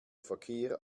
verkehr